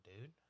dude